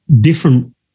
different